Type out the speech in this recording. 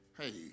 Hey